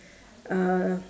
uh